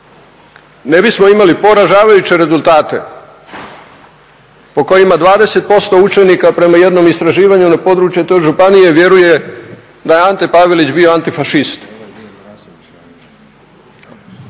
ne bismo imali poražavajuće rezultate po kojima 20% učenika prema jednom istraživanju na području te županije vjeruje da je Ante Pavelić bio antifašist.